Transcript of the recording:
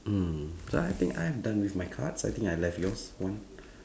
mm so I think I am done with my cards I think I left yours one